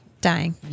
Dying